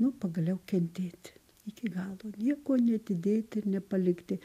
nu pagaliau kentėti iki galo nieko neatidėti ir nepalikti